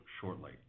shortly